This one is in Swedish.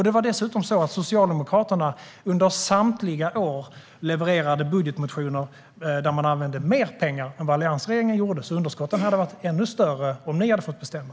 Det var dessutom så att Socialdemokraterna under samtliga år levererade budgetmotioner där man använde mer pengar än vad alliansregeringen gjorde. Underskotten hade varit ännu större om ni hade fått bestämma.